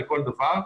לכל דבר.